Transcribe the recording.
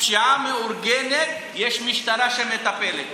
פשיעה מאורגנת, יש משטרה שמטפלת.